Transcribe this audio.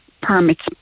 permits